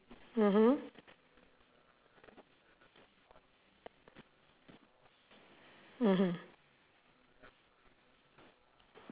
mmhmm mmhmm